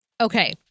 Okay